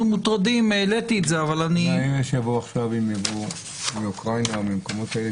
אלה שיבואו מאוקראינה ממקומות כאלה,